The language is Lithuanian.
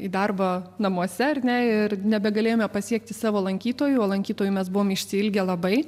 į darbą namuose ar ne ir nebegalėjome pasiekti savo lankytojų o lankytojų mes buvome išsiilgę labai